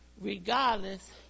regardless